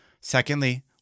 Secondly